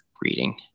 reading